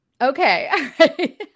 Okay